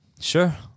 Sure